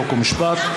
חוק ומשפט,